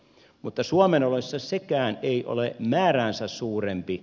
mutta suomen oloissa sekään ei ole määräänsä suurempi